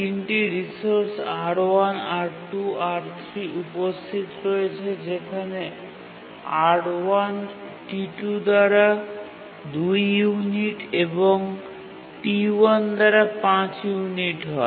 ৩ টি resource R1 R2 এবং R3 উপস্থিত রয়েছে যেখানে R1 T2 দ্বারা ২ ইউনিট এবং T1 দ্বারা ৫ ইউনিট হয়